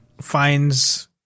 finds